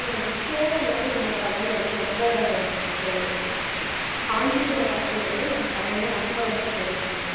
ஆ சேலை வந்து நம்ம கடையில் வந்து ரொம்ப ஃபேமஸ்ங்க காஞ்சிபுரம் பட்டு வந்து நம்ம கடையில் ரொம்ப ரொம்ப ஃபேமஸ்ங்க